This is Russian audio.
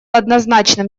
однозначным